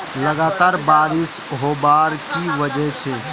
लगातार बारिश होबार की वजह छे?